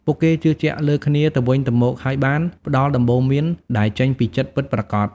ពួកគេជឿជាក់លើគ្នាទៅវិញទៅមក ហើយបានផ្តល់ដំបូន្មានដែលចេញពីចិត្តពិតប្រាកដ។